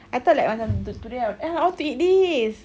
I thought like I want to to~ today I want to eh I want to eat this